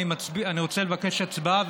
אני רוצה לבקש הצבעה,